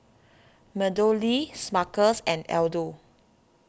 MeadowLea Smuckers and Aldo